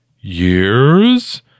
Years